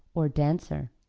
or dancer.